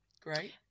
great